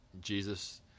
Jesus